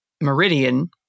Meridian